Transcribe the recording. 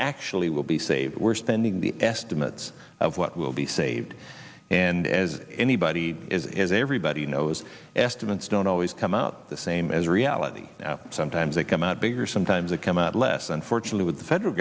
actually will be saved we're spending the estimates of what will be saved and as anybody is everybody knows estimates don't always come out the same as reality now sometimes they come out bigger sometimes a come out less unfortunately with the federal